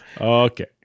Okay